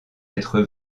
être